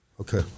Okay